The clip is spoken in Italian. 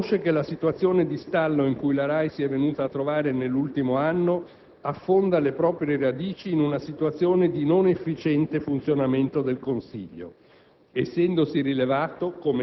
Il Governo riconosce che la situazione di stallo in cui la RAI si è venuta a trovare nell'ultimo anno affonda le proprie radici in una situazione di non efficiente funzionamento del Consiglio,